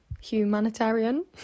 humanitarian